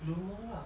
bloomer lah